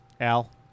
Al